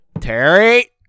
Terry